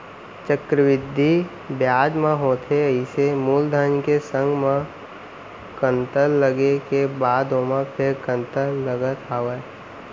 चक्रबृद्धि बियाज म होथे अइसे मूलधन के संग म कंतर लगे के बाद ओमा फेर कंतर लगत हावय